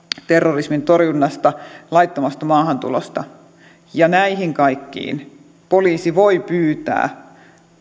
terrorismin torjunnasta ja laittomasta maahantulosta ja näihin kaikkiin poliisi voi pyytää